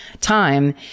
time